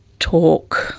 talk,